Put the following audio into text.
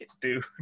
dude